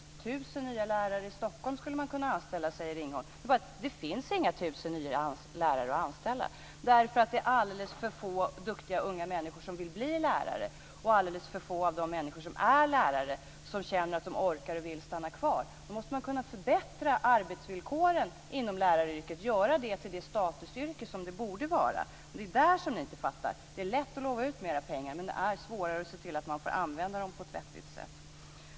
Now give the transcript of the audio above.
Tusen nya lärare i Stockholm skulle man kunna anställa, säger Ringholm. Det är bara det att det finns inga tusen nya lärare att anställa, därför att det är alldeles för få duktiga unga människor som vill bli lärare och alldeles för få lärare som känner att de orkar och vill stanna kvar. Då måste man kunna förbättra arbetsvillkoren inom läraryrket, göra det till det statusyrke som det borde vara. Det är detta ni inte fattar: Det är lätt att lova ut mer pengar, men det är svårare att se till att man får använda dem på ett vettigt sätt.